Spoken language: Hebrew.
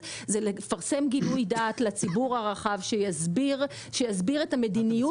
היה לפרסם גילוי דעת לציבור הרחב שיסביר את המדיניות.